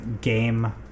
game